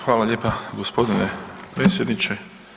Hvala lijepa, g. predsjedniče.